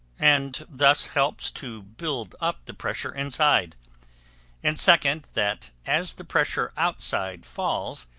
and thus helps to build up the pressure inside and, second, that as the pressure outside falls,